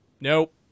Nope